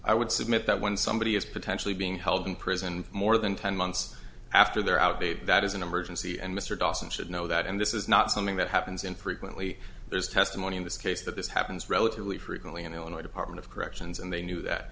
i would submit that when somebody is potentially being held in prison more than ten months after their out date that is an emergency and mr dawson should know that and this is not something that happens infrequently there's testimony in this case that this happens relatively frequently in the illinois department of corrections and they knew that